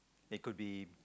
it could be